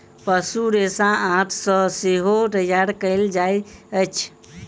पशु रेशा आंत सॅ सेहो तैयार कयल जाइत अछि